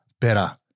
better